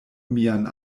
mian